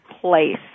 place